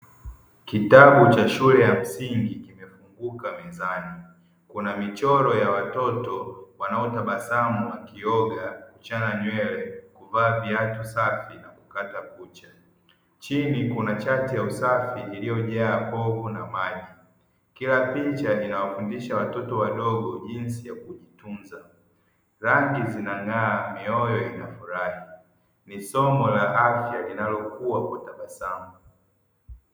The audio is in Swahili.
Kitabu cha shule ya msingi kimefunguka mezani kuna michoro ya watoto wanao tabasamu wakioga, kuchana nywele, kuvaa viatu safi na kukata kucha. Chini kuna chati ya usafi iliyojaa povu na maji, kila picha inawafundisha watoto wadogo jinsi ya kujitunza. Rangi zinangaa mioyo inafurahi ni somo la afya linalokua kwa tabasamu.